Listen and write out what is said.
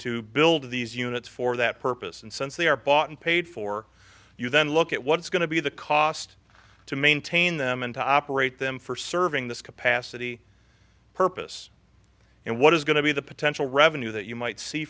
to build these units for that purpose and since they are bought and paid for you then look at what's going to be the cost to maintain them and to operate them for serving this capacity purpose and what is going to be the potential revenue that you might see